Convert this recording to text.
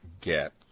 get